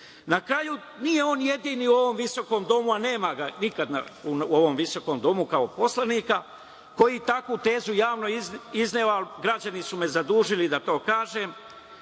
kraju, nije on jedini u ovom visokom domu, a nema ga nikada u ovom visokom domu kao poslanika, koji je takvu tezu javno izneo, ali građani su me zadužili da to kažem,